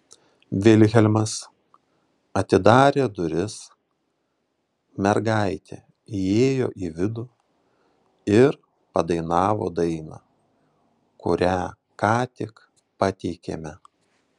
vilhelmas atidarė duris mergaitė įėjo į vidų ir padainavo dainą kurią ką tik pateikėme